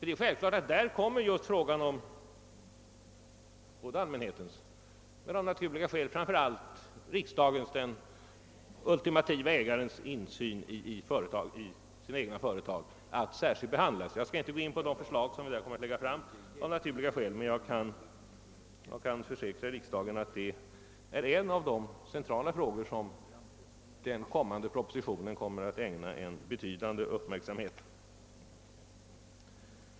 Det är självklart att frågan om både allmänhetens och av naturliga skäl framför allt riksdagens insyn i sina egna företag såsom ultimativa ägare kommer att särskilt behandlas vid detta tillfälle. Jag skall inte gå närmare in på det förslag som där kommer att läggas fram, men jag kan försäkra riksdagen att det är en av de centrala frågor som blir föremål för betydande uppmärksamhet i den kommande propositionen.